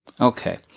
Okay